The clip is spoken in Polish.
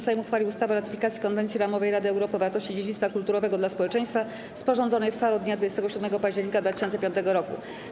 Sejm uchwalił ustawę o ratyfikacji Konwencji ramowej Rady Europy o wartości dziedzictwa kulturowego dla społeczeństwa, sporządzonej w Faro dnia 27 października 2005 r.